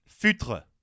futre